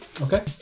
Okay